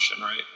right